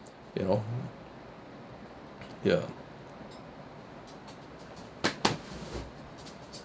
you know ya